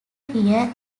here